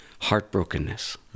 heartbrokenness